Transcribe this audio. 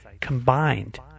Combined